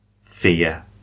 fear